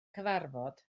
cyfarfod